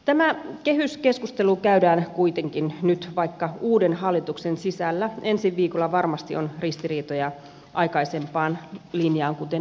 tämä kehyskeskustelu käydään kuitenkin nyt vaikka uuden hallituksen sisällä ensi viikolla varmasti on ristiriitoja aikaisempaan linjaan kuten nähty on